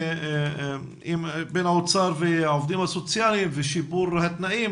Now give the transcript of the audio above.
בין האוצר והעובדים הסוציאליים ושיפור התנאים,